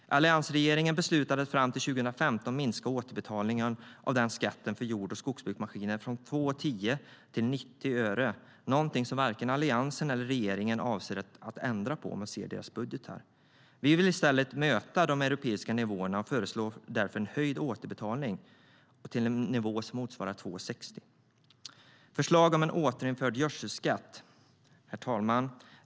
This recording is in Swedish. Alliansregeringen beslutade att fram till 2015 minska återbetalningen av den skatten för jord och skogsbruksmaskiner från 2,10 kronor till 90 öre per liter, någonting som varken Alliansen eller regeringen avser att ändra på i sina budgetar. Vi vill i stället möta de europeiska nivåerna och föreslår därför en höjd återbetalning till en nivå som motsvarar 2,60.Herr talman!